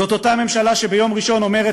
זו אותה הממשלה שביום ראשון אומרת